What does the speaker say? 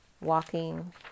walking